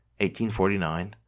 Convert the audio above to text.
1849